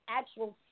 actual